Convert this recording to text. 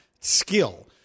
skill